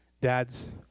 Dads